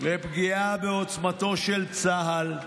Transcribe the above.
לפגיעה בעוצמתו של צה"ל,